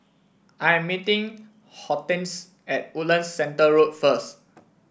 I am meeting Hortense at Woodlands Centre Road first